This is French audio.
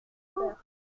peur